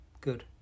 Good